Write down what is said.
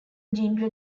gene